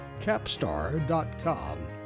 capstar.com